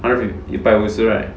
hundred 一百五十 right